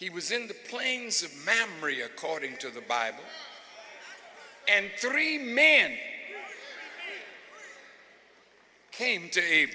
he was in the plains of memory according to the bible and three men came to a